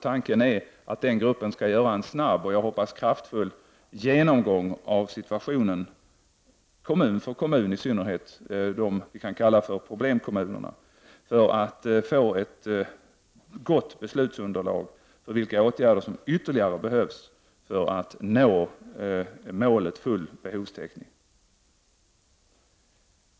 Tanken är att gruppen skall göra en snabb, och jag hoppas kraftfull, genomgång av situationen kommun för kommun, i synnerhet beträffande problemkommunerna, för att få ett gott beslutsunderlag för vilka åtgärder som ytterligare behövs för att vi skall nå målet full behovstäckning.